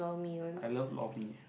I love lor mee